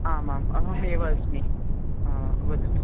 आमाम् अहमेव अस्मि वदतु